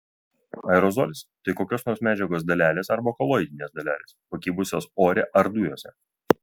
aerozolis tai kokios nors medžiagos dalelės arba koloidinės dalelės pakibusios ore ar dujose